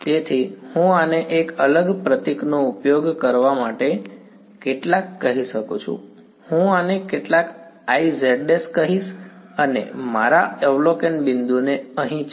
તેથી હું આને એક અલગ પ્રતીકનો ઉપયોગ કરવા માટે કેટલાક કહી શકું છું હું આને કેટલાક Iz′ કહીશ અને મારા અવલોકન બિંદુને અહીં છે